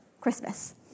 Christmas